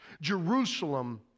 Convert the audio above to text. Jerusalem